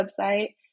website